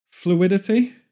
Fluidity